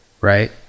Right